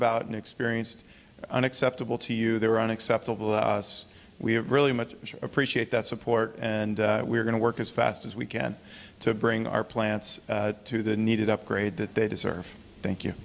about inexperienced unacceptable to you they were unacceptable to us we have really much appreciate that support and we're going to work as fast as we can to bring our plants to the needed upgrade that they deserve thank you